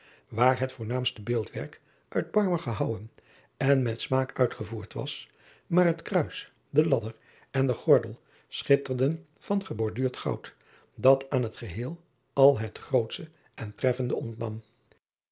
waar het voornaamste beeldwerk uit marmer gehouwen en met smaak uitgevoerd was maar het kruis de ladder en de gordel schitterden van geborduurd goud dat aan het geheel al het grootsche en treffende